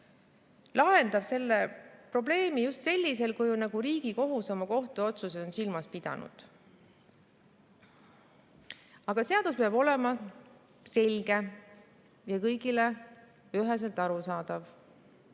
lahendab selle probleemi just sellisel kujul, nagu Riigikohus oma kohtuotsuses on silmas pidanud. Aga seadus peab olema selge ja kõigile üheselt arusaadav.